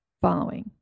following